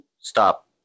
Stop